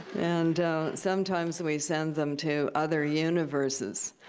and sometimes we send them to other universes,